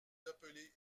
appelez